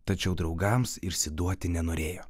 tačiau draugams išsiduoti nenorėjo